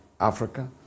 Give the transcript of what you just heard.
Africa